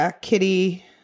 Kitty